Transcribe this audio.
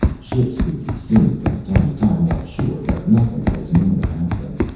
ships could be seen from time to time offshore but nothing was known about them.